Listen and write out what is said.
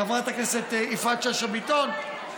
חברת הכנסת יפעת שאשא ביטון,